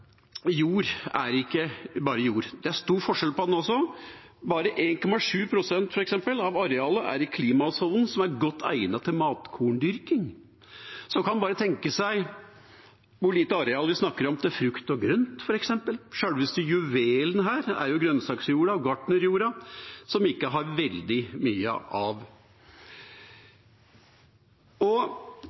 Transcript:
er det jo klart at jord ikke bare er jord. Det er stor forskjell på jord også. Bare 1,7 pst., f.eks., av arealet er i klimasonen som er godt egnet til matkorndyrking. Så kan en bare tenke seg hvor lite areal vi snakker om til frukt og grønt. Selveste juvelen her er jo grønnsaksjorda, gartnerjorda, som vi ikke har veldig mye av.